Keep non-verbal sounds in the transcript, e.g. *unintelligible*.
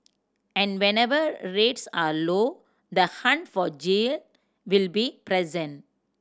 and whenever rates are low the hunt for *unintelligible* will be present